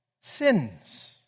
sins